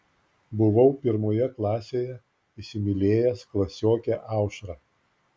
buvau pirmoje klasėje įsimylėjęs klasiokę aušrą